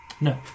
No